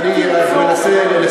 אני מנסה לסיים.